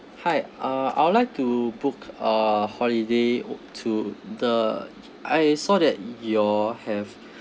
hi uh I would like to book a holiday to the I saw that you all have